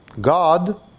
God